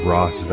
Ross